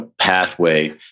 pathway